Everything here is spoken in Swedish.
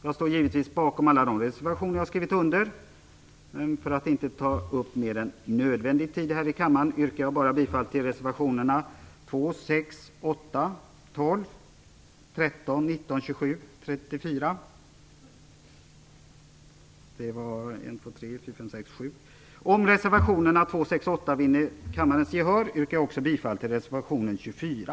Jag står givetvis bakom alla de reservationer som jag skrivit under, men för att inte ta upp mer än nödvändig tid här i kammaren yrkar jag bifall bara till reservationerna 2, 6, 8, 12, 13, 19, 27 och 34. Om reservationerna 2, 6 och 8 vinner kammarens gehör yrkar jag också bifall till reservation 24.